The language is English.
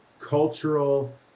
cultural